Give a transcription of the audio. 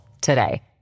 today